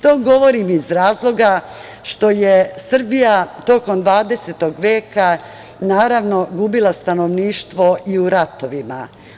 To govorim iz razloga što je Srbija tokom Dvadesetog veka, naravno, gubila stanovništvo i u ratovima.